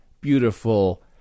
Beautiful